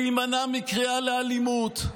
להימנע מקריאה לאלימות.